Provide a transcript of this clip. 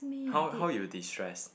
how how you destress